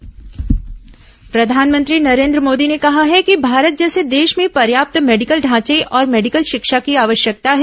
प्रधानमंत्री रजत जयंती प्रधानमंत्री नरेन्द्र मोदी ने कहा है कि भारत जैसे देश में पर्याप्त मेडिकल ढांचे और मेडिकल शिक्षा की आवश्यकता है